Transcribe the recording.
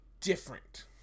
different